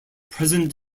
present